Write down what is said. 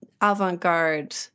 avant-garde